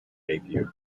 debut